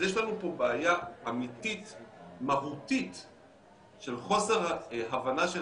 אז יש לנו פה בעיה אמיתית מהותית של חוסר הבנה של